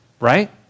Right